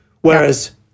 Whereas